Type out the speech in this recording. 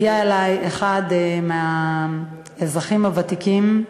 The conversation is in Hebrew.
הגיע אלי אחד מהאזרחים הוותיקים,